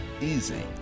easy